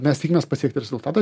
mes tikimės pasiekti rezultatą